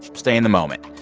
stay in the moment.